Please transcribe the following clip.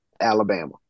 Alabama